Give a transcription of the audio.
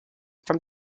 from